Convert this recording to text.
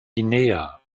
guinea